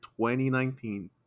2019